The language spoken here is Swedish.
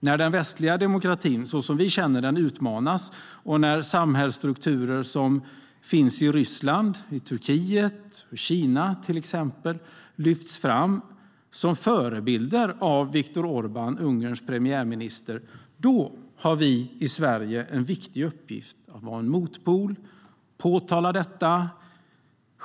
När den västliga demokratin såsom vi känner den utmanas, och när samhällsstrukturer som finns i exempelvis Ryssland, Turkiet och Kina av Ungerns premiärminister Viktor Orban lyfts fram som förebilder har vi i Sverige en viktig uppgift genom att vara en motpol och påtala detta.